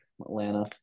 Atlanta